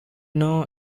know